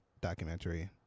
documentary